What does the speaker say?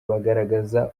bagaragaza